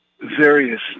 various